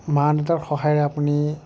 মা দেউতাৰ সহায়েৰে আপুনি